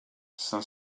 saint